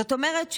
זאת אומרת,